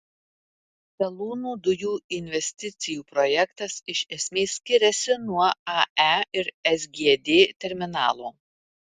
skalūnų dujų investicijų projektas iš esmės skiriasi nuo ae ir sgd terminalo